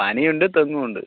പനയുണ്ട് തെങ്ങും ഉണ്ട്